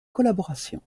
collaboration